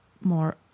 more